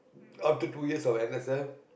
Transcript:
after two years of n_s_f